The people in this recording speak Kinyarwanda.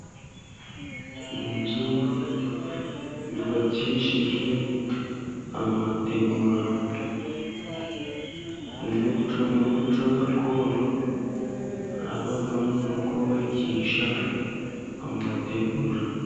Inzu yubakishijwe amategura. Mu muco gakondo habagamo no kubakisha amategura.